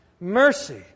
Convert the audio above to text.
Mercy